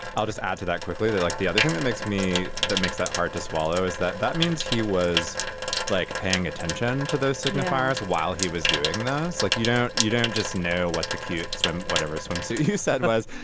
i'll just add to that quickly. they like the other thing that makes me that makes that hard to swallow is that that means he was like paying attention to those signifiers while he was doing that. it's like you don't you don't just know what the cute so and whatever swimsuit he said was.